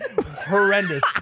horrendous